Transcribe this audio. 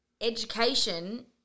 education